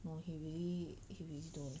no he really he really don't